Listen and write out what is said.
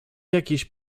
jakiejś